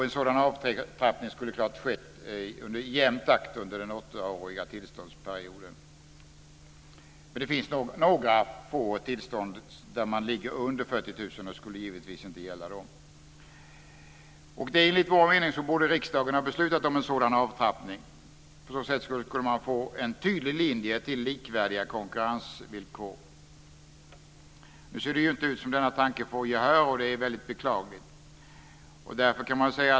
En sådan avtrappning skulle naturligtvis ske i en jämn takt under den åttaåriga tillståndsperioden. Men det finns några få tillstånd med en avgift som ligger under 40 000 kr, och detta skulle givetvis inte gälla dem. Enligt vår mening borde riksdagen ha beslutat om en sådan avtrappning. På så sätt skulle man kunna få en tydlig linje till likvärdiga konkurrensvillkor. Nu ser det inte ut som om denna tanke får gehör och det är väldigt beklagligt.